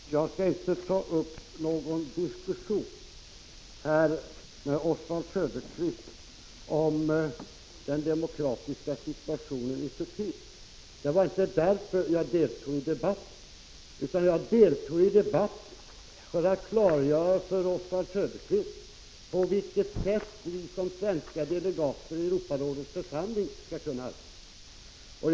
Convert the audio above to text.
Herr talman! Jag skall inte här ta upp någon diskussion med Oswald Söderqvist om den demokratiska situationen i Turkiet. Det var inte därför som jag deltog i debatten, utan för att klargöra för Oswald Söderqvist på vilket sätt vi som svenska delegater i Europarådet skall kunna arbeta.